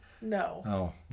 No